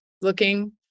looking